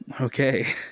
Okay